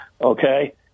okay